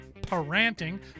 parenting